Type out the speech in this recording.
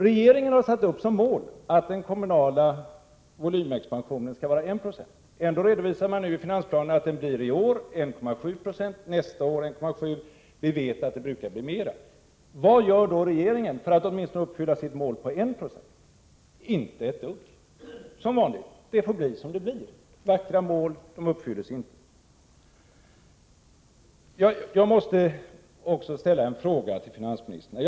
Regeringen har satt upp som mål att den kommunala volymexpansionen skall vara 1 26. Ändå redovisar regeringen nu i finansplanen att den i år blir 1,7 26 och nästa år 1,7 90. Vi vet att den brukar bli större. Vad gör då regeringen för att åtminstone uppfylla sitt mål på 1 96? Den gör inte något, som vanligt. Det får bli som det blir — vackra mål uppfylls inte. Jag måste ställa en fråga till finansministern.